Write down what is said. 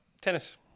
Tennis